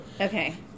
Okay